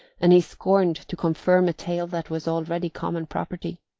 and he scorned to confirm a tale that was already common property.